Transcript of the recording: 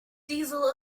diesel